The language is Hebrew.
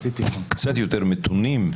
קצת יותר מתונים.